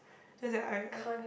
so is like I I